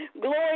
Glory